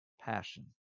passion